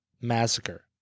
Massacre